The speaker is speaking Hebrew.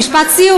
משפט סיום.